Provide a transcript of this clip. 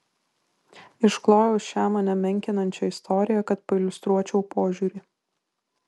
išklojau šią mane menkinančią istoriją kad pailiustruočiau požiūrį